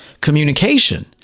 communication